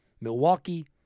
Milwaukee